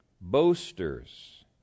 boasters